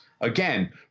again